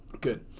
Good